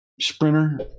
sprinter